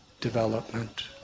development